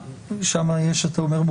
--- שם יש מורכבות?